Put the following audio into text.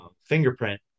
fingerprint